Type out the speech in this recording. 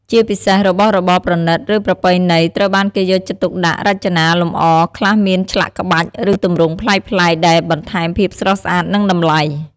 ជាពិសេសរបស់របរប្រណីត ឬប្រពៃណី ត្រូវបានគេយកចិត្តទុកដាក់រចនា លម្អ ខ្លះមានឆ្លាក់ក្បាច់ ឬទម្រង់ប្លែកៗ ដែលបន្ថែមភាពស្រស់ស្អាត និងតម្លៃ។